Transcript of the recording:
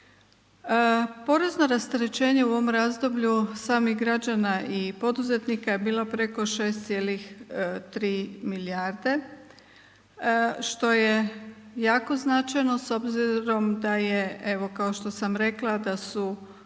Porezno rasterećenje u ovom razdoblju samih građana i poduzetnika je bila preko 6,3 milijarde što je jako značajno s obzirom da je evo kao što sam rekla da su